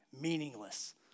meaningless